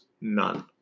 none